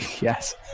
yes